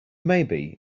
maybe